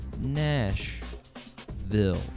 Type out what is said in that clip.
nashville